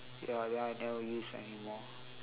ya then I never use anymore